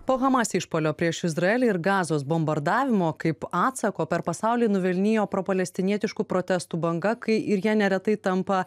po hamas išpuolio prieš izraelį ir gazos bombardavimo kaip atsako per pasaulį nuvilnijo propalestinietiškų protestų banga kai ir jie neretai tampa